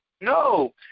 No